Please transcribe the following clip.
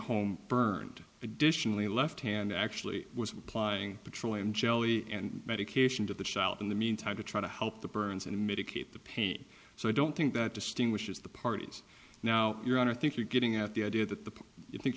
home burned additionally left hand actually was applying petroleum jelly and medication to the child in the meantime to try to help the burns and medicate the pain so i don't think that distinguishes the parties now you're on i think you're getting at the idea that the you think